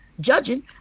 judging